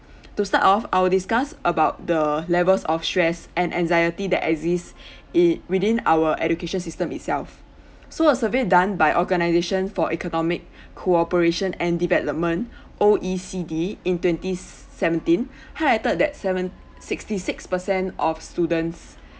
to start off our discuss about the levels of stress and anxiety that exist in within our education system itself so a survey done by organization for economic cooperation and development O_E_C_D in twenty seventeen highlighted that seven sixty six percent of students